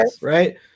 right